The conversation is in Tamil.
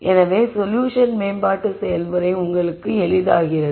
எனவே சொல்யூஷன் மேம்பாட்டு செயல்முறை உங்களுக்கு எளிதாகிறது